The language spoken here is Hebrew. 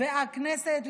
והכנסת,